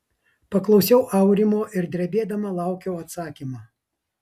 paklausiau aurimo ir drebėdama laukiau atsakymo